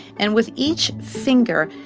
and with each finger,